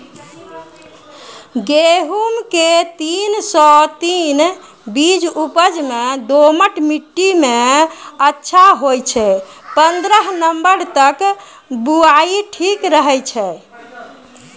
गेहूँम के तीन सौ तीन बीज उपज मे दोमट मिट्टी मे अच्छा होय छै, पन्द्रह नवंबर तक बुआई ठीक रहै छै